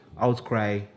outcry